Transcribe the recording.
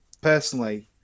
Personally